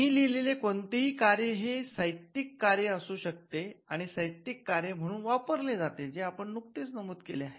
मी लिहिलेले कोणतेही कार्य हे साहित्यिक कार्य असू शकते आणि साहित्यिक कार्य म्हणून वापरले जाते जे आपण नुकतेच नमूद केले आहे